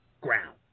ground